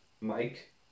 Mike